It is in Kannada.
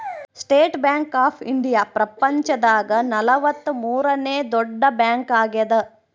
ಸ್ಟೇಟ್ ಬ್ಯಾಂಕ್ ಆಫ್ ಇಂಡಿಯಾ ಪ್ರಪಂಚ ದಾಗ ನಲವತ್ತ ಮೂರನೆ ದೊಡ್ಡ ಬ್ಯಾಂಕ್ ಆಗ್ಯಾದ